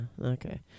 Okay